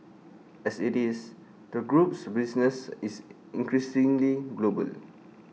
as IT is the group's business is increasingly global